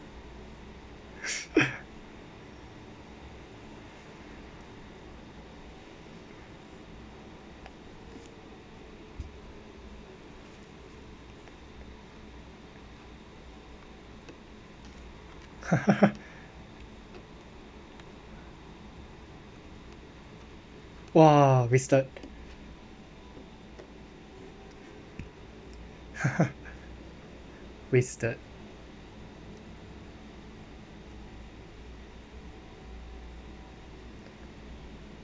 !wah! wasted wasted